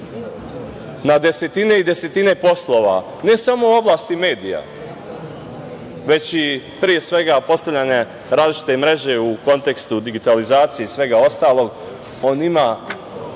Na desetine i desetine poslova, ne samo u oblasti medija već, pre svega, postavljanja različite mreže u kontekstu digitalizacije i svega ostalog, on ima